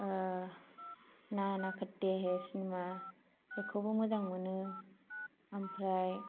ना ना खत्ते है सिनिमा बेखौबो मोजां मोनो आमफ्राय